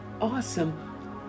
awesome